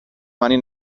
mani